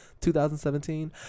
2017